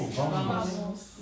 Vamos